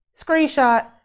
screenshot